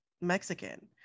Mexican